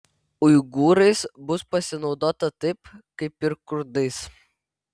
uigūrais bus pasinaudota taip kaip ir kurdais